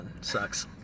sucks